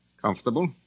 Comfortable